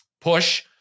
push